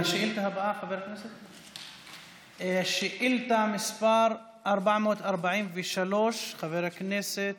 השאילתה הבאה, שאילתה מס' 431, של חבר הכנסת